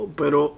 pero